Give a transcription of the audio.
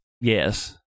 Yes